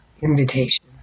invitation